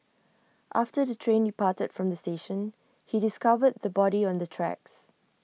after the train departed from the station he discovered the body on the tracks